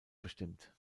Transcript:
bestimmt